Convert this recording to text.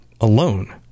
alone